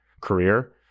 career